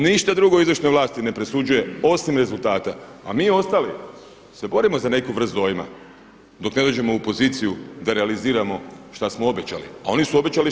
Ništa drugo u izvršnoj vlasti ne presuđuje osim rezultata, a mi ostali se borimo za neku vrst dojma dok ne dođemo u poziciju da realiziramo šta smo obećali, a oni su obećali 6,8.